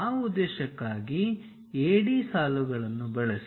ಆ ಉದ್ದೇಶಕ್ಕಾಗಿ AD ಸಾಲುಗಳನ್ನು ಬಳಸಿ